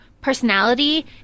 personality